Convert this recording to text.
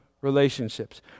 relationships